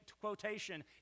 quotation